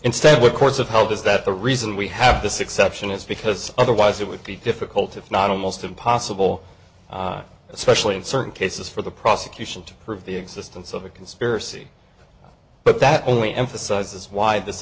instead what courts have held is that the reason we have this exception is because otherwise it would be difficult if not almost impossible especially in certain cases for the prosecution to prove the existence of a conspiracy but that only emphasizes w